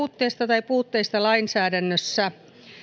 tai puutteista lainsäädännössä